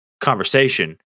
conversation